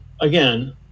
again